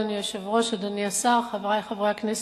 אדוני היושב-ראש, אדוני השר, חברי חברי הכנסת,